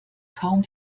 kaum